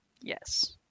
yes